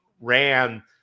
ran